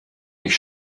mich